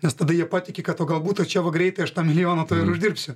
nes tada jie patiki kad o galbūt o čia va greitai aš tą milijoną uždirbsiu